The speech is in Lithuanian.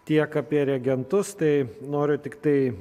tiek apie reagentus tai noriu tiktai